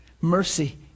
Mercy